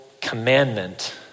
commandment